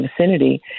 vicinity